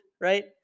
right